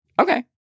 Okay